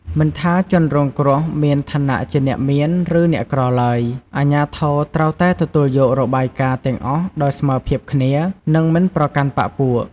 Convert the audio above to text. មិនថាជនរងគ្រោះមានឋានៈជាអ្នកមាន ឬអ្នកក្រីក្រឡើយ អាជ្ញាធរត្រូវតែទទួលយករបាយការណ៍ទាំងអស់ដោយស្មើភាពគ្នា និងមិនប្រកាន់បក្ខពួក។